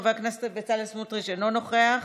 חבר הכנסת בצלאל סמוטריץ' אינו נוכח,